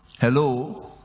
hello